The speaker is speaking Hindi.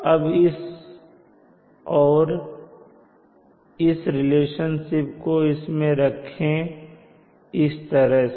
अब इस और इस रिलेशनशिप को इसमें रखें इस तरह से